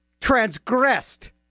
transgressed